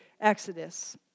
Exodus